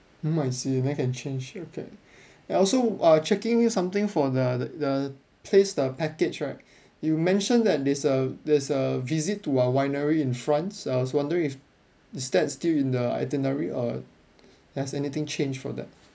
mm I see then can change okay I also uh checking with you something for the the place the package right you mentioned that there's a there's a visit to one winery in france I was wondering if is that still in the itinerary or has anything changed for that